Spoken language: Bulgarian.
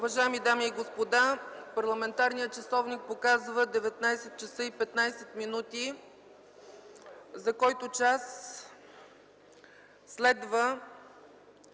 Уважаеми дами и господа, парламентарният часовник показва 19,15 ч., за който час следва